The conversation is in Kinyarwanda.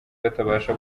batabasha